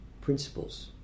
principles